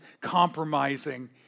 compromising